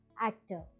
actor